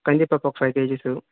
కందిపప్పు ఒక five kgs